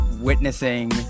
witnessing